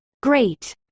Great